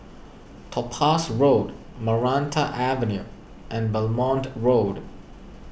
Topaz Road Maranta Avenue and Belmont Road